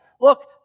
Look